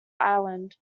island